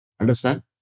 Understand